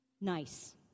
nice